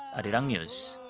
arirang news.